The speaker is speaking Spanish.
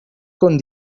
con